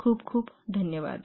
खूप खूप धन्यवाद